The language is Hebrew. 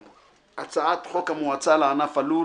הצעת חוק המועצה לענף הלול